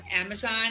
Amazon